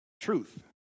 truth